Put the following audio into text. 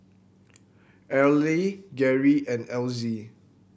Arley Gerry and Elzy